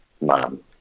mom